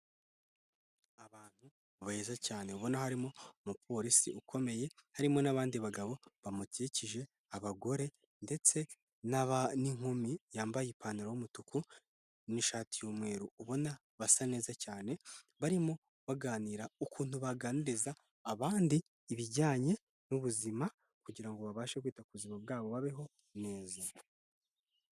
Abantu beza cyane ubona harimo umupolisi ukomeye harimo n'abandi bagabo bamukikije abagore ndetse n'inkumi yambaye ipantaro y'umutuku n'ishati y'umweru ubona basa neza cyane barimo baganira ukuntu baganiriza abandi ibijyanye n'ubuzima kugirango ngo babashe kwita kuzima bwabo babeho neza..